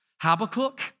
Habakkuk